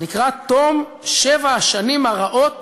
לקראת תום שבע השנים הרעות